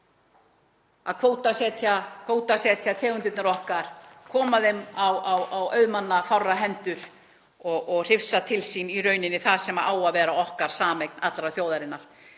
að kvótasetja tegundirnar okkar, koma þeim á fárra auðmanna hendur og hrifsa til sín það sem á að vera okkar, sameign allrar þjóðarinnar.